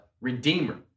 Redeemer